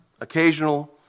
occasional